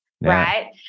right